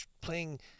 playing